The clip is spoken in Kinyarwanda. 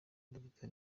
data